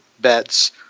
bets